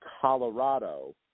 Colorado